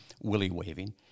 willy-waving